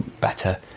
better